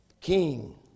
king